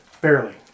Barely